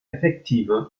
effektive